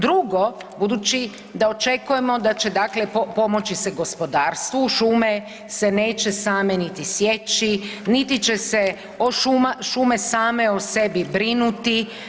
Drugo, budući da očekujemo da će dakle pomoći se gospodarstvu, šume se neće same niti sjeći, niti će se same o sebi brinuti.